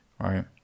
right